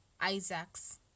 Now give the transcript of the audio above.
Isaac's